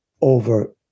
over